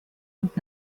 und